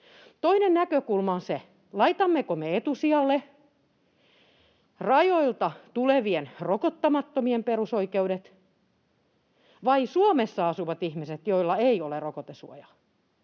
Toinen näkökulma on se, laitammeko me etusijalle rajoilta tulevien rokottamattomien perusoikeudet vai Suomessa asuvat ihmiset, joilla ei ole rokotesuojaa,